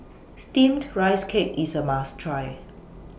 Steamed Rice Cake IS A must Try